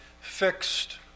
fixed